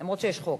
אף שיש חוק.